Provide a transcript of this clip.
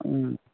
ꯎꯝ